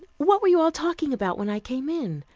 what were you all talking about when i came in?